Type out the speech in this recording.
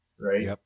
right